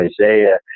Isaiah